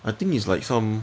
I think is like some